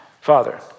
father